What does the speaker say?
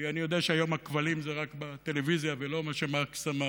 כי אני יודע שהיום הכבלים זה רק בטלוויזיה ולא מה שמרקס אמר.